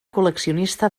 col·leccionista